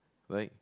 right